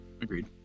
Agreed